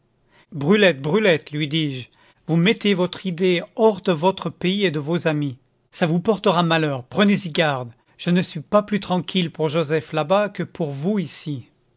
brulette brulette lui dis-je vous mettez votre idée hors de votre pays et de vos amis ça vous portera malheur prenez-y garde je ne suis pas plus tranquille pour joseph là-bas que pour vous ici